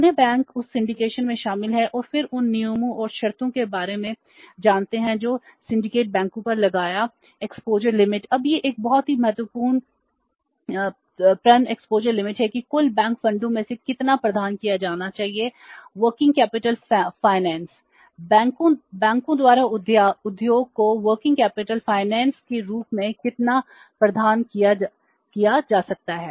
अन्य बैंक उस सिंडिकेशन के रूप में कितना प्रदान किया जा सकता है